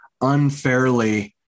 unfairly